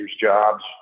jobs